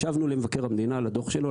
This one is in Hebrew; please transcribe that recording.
השבנו למבקר המדינה לדוח שלו,